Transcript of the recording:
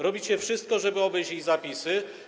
Robicie wszystko, żeby obejść ich zapisy.